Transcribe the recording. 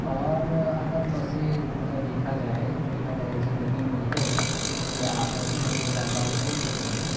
اور اگر پسِ پَردہ دیكھا جائے دیکھا جائے یہ چیز ابھی بھی ہے کہ اگرچہ ہم لوگ آزاد ہوچکے ہیں